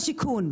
השיכון.